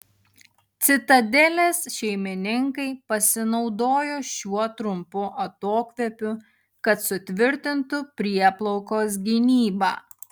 citadelės šeimininkai pasinaudojo šiuo trumpu atokvėpiu kad sutvirtintų prieplaukos gynybą